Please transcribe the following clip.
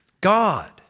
God